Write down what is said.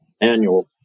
annual